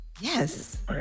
Yes